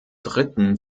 dritten